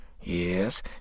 Yes